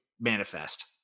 manifest